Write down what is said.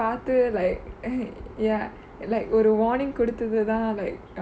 பாத்து:paathu like (uh huh) ya like ஒரு:oru warning கொடுத்துட்டுதா:koduthututhaa like